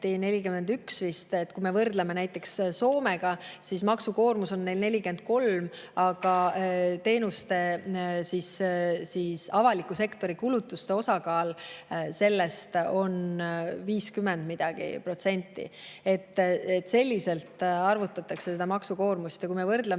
41% vist. Kui me võrdleme näiteks Soomega, siis maksukoormus on neil 43%, aga teenuste, avaliku sektori kulutuste osakaal selles on 50% millegagi. Selliselt arvutatakse seda maksukoormust. Ja kui me võrdleme